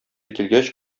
килгәч